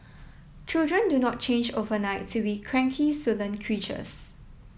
children do not change overnight to be cranky sullen creatures